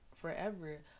forever